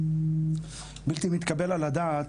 בלתי מתקבל על הדעת